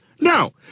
No